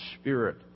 spirit